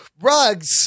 Rugs